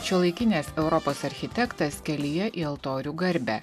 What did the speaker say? šiuolaikinės europos architektas kelyje į altorių garbę